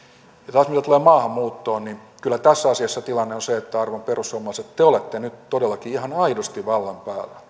mitä taas tulee maahanmuuttoon niin kyllä tässä asiassa tilanne on se arvon perussuomalaiset että te olette nyt todellakin ihan aidosti vallan päällä